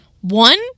One